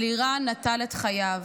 אלירן נטל את חייו.